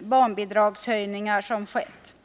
barnbidragshöjningar som har genomförts.